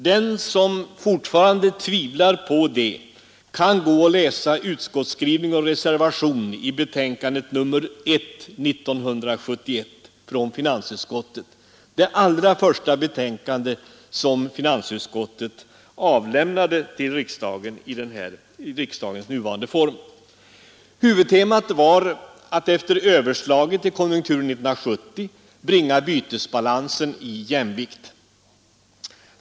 Den som fortfarande tvivlar kan läsa finansutskottets skrivning och reservationen i betänkandet nr 1 år 1971, det allra första betänkande som finansutskottet avlämnat till enkammarriksdagen. Huvudtemat var att efter överslaget i konjunkturen 1970 bringa bytesbalansen i jämvikt.